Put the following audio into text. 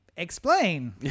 Explain